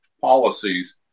policies